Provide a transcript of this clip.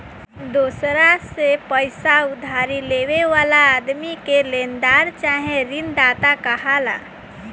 दोसरा से पईसा उधारी लेवे वाला आदमी के लेनदार चाहे ऋणदाता कहाला